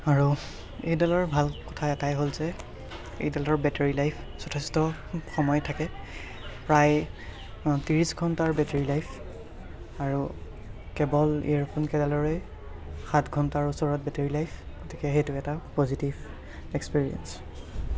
আৰু এইডালৰ ভাল কথা এটাই হ'ল যে এইডালৰ বেটাৰী লাইফ যথেষ্ট সময় থাকে প্ৰায় ত্ৰিশ ঘণ্টাৰ বেটাৰী লাইফ আৰু কেৱল ইয়েৰ ফোন কেইডালৰে সাত ঘণ্টাৰ ওচৰত বেটাৰী লাইফ গতিকে সেইটো এটা পজিটিভ এক্সপেৰিয়েন্স